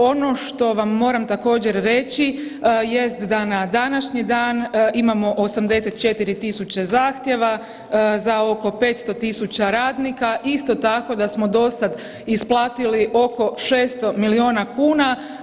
Ono što vam moram također reći jest da na današnji dan imamo 84.000 zahtjeva za oko 500.000 radnika, isto tako da smo do sada isplatili oko 600 miliona kuna.